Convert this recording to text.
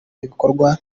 ibikorwa